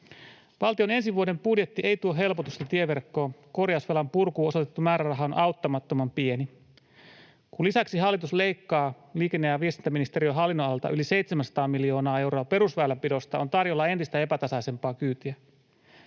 Valtion ensi vuoden budjetti ei tuo helpotusta tieverkkoon. Korjausvelan purkuun osoitettu määräraha on auttamattoman pieni. Kun lisäksi hallitus leikkaa liikenne- ja viestintäministeriön hallinnonalalta yli 700 miljoonaa euroa perusväylänpidosta, on tarjolla entistä epätasaisempaa kyytiä.